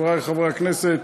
חברי חברי הכנסת,